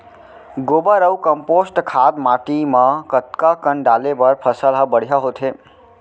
गोबर अऊ कम्पोस्ट खाद माटी म कतका कन डाले बर फसल ह बढ़िया होथे?